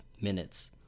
minutes